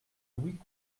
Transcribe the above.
louis